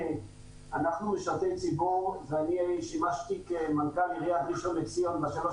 אנחנו משרתי ציבור ואני שימשתי כמנכ"ל עיריית ראשון-לציון בשלוש